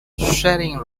sharing